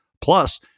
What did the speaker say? plus